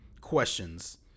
questions